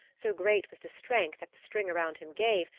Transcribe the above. so great was the strength that the string around him gave,